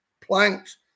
Planks